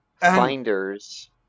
Finders